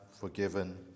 forgiven